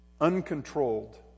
Uncontrolled